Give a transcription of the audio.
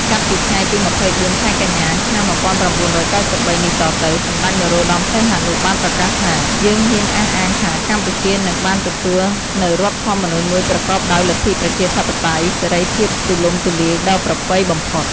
ចាប់ពីថ្ងៃទី២៤ ខែកញ្ញា ឆ្នាំ១៩៩៣ នេះតទៅ សម្តេច នរោត្តម សីហនុ បានប្រកាសថា យើងហ៊ានអះអាងថាកម្ពុជានឹងបានទទួលនូវរដ្ឋធម្មនុញ្ញមួយប្រកបដោយលទ្ធិប្រជាធិបតេយ្យ សេរីភាពទូលំទូលាយដ៏ប្រពៃបំផុត។